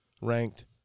ranked